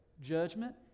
judgment